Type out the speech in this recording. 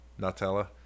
Nutella